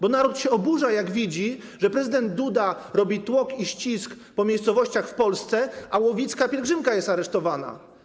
Bo naród się oburza, jak widzi, że prezydent Duda robi tłok i ścisk po miejscowościach w Polsce, a łowicka pielgrzymka jest aresztowana.